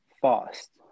fast